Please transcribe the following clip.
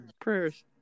prayers